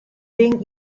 ding